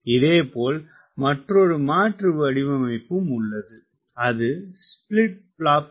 இதே போல் மற்றொறு மாற்று வடிவமைப்பும் உள்ளது அது ஸ்ப்ளிட் ப்ளாப்ஸ் எனப்படும்